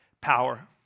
power